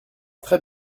très